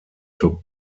took